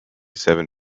seven